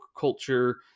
culture